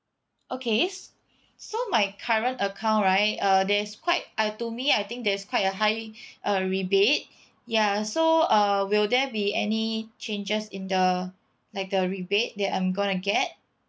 okay so my current account right uh there is quite uh to me I think there is quite a high uh rebate ya so uh will there be any changes in the like the rebate that I'm gonna get